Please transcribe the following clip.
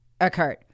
occurred